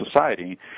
society